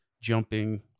jumping